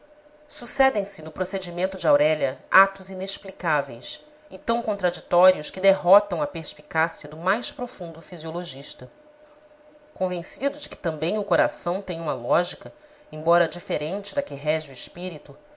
sucedem se no procedimento de aurélia atos inexplicáveis e tão contraditórios que derrotam a perspicácia do mais profundo fisiologista convencido de que também o coração tem uma lógica embora diferente da que rege o espírito